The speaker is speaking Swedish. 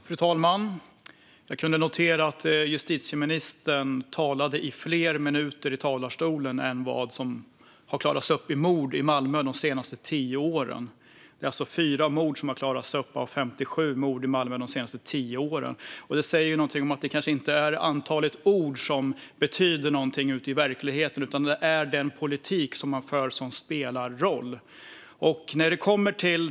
Fru talman! Jag noterade att antalet minuter som justitieministern stod i talarstolen var större än antalet uppklarade mord i Malmö de senaste tio åren, det vill säga 4 mord av 57. Det säger något om att det kanske inte är antalet ord som betyder något ute i verkligheten utan att det är den politik man för som spelar roll.